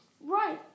right